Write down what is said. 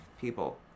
people